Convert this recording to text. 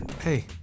Hey